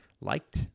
liked